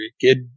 kid